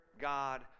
God